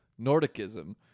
Nordicism